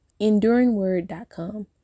enduringword.com